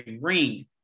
ring